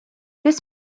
this